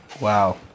Wow